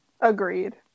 Agreed